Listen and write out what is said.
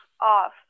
off